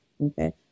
Okay